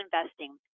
Investing